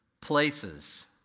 places